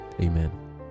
Amen